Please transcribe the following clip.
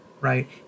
right